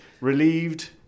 relieved